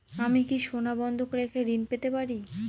আমি কি সোনা বন্ধক রেখে ঋণ পেতে পারি?